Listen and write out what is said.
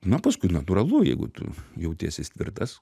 na paskui natūralu jeigu tu jautiesi tvirtas